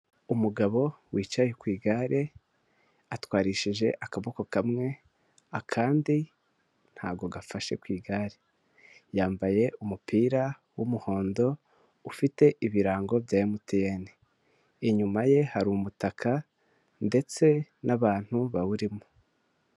Umugabo wicaye ku igare, atwarishije akaboko kamwe, akandi ntago gafashe ku igare, yambaye umupira w'umuhondo ufite ibirango bya emutiyeni, inyuma ye hari umutaka ndetse n'abantu bawurimo.